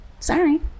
Sorry